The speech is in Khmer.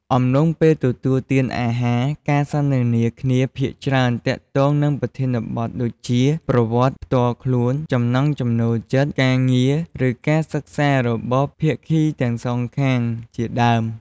អំទ្បុងពេលទទួលទានអាហារការសន្ទនាគ្នាភាគច្រើទាក់ទងនឹងប្រធានបទដូចជា ប្រវត្តិផ្ទាល់ខ្លួន ចំណង់ចំណូលចិត្ត ការងារឬការសិក្សារបស់ភាគីទាំងសងខាងជាដើម។